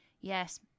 Yes